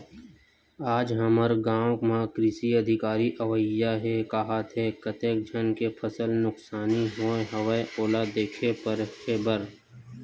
आज हमर गाँव म कृषि अधिकारी अवइया हे काहत हे, कतेक झन के फसल नुकसानी होय हवय ओला देखे परखे बर